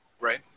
Right